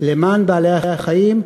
למען בעלי-החיים,